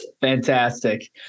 Fantastic